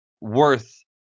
worth